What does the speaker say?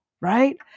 right